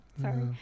Sorry